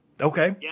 Okay